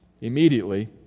Immediately